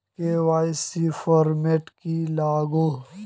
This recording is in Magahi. के.वाई.सी फॉर्मेट की लागोहो?